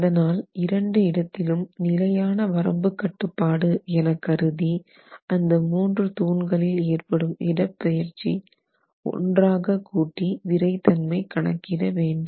அதனால் இரண்டு இடத்திலும் நிலையான வரம்பு கட்டுப்பாடு என கருதி அந்த மூன்று தூண்களில் ஏற்படும் இடப்பெயர்ச்சி ஒன்றாகக் கூட்டி விறைத்தன்மை கணக்கிட வேண்டும்